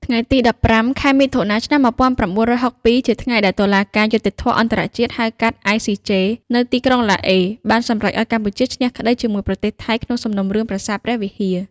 ថ្ងៃទី១៥ ខែមិថុនា ឆ្នាំ១៩៦២ ជាថ្ងៃដែលតុលាការយុត្តិធម៌អន្តរជាតិ (ហៅកាត់ ICJ) នៅទីក្រុងឡាអេ បានសម្រេចឱ្យកម្ពុជាឈ្នះក្តីជាមួយប្រទេសថៃ ក្នុងសំណុំរឿងប្រាសាទព្រះវិហារ។